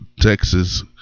Texas